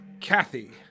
Kathy